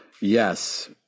yes